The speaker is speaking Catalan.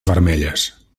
vermelles